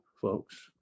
folks